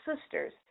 sisters